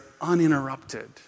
uninterrupted